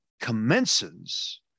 commences